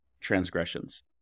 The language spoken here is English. transgressions